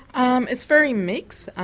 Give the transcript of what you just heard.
um it's very mixed.